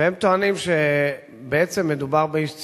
והם טוענים שבעצם מדובר באיש ציבור,